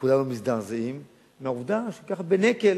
וכולנו מזדעזעים מהעובדה שככה בנקל